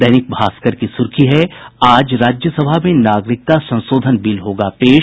दैनिक भास्कर की सुर्खी है आज राज्यसभा में नागरिक संशोधन बिल होगा पेश